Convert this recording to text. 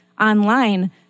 online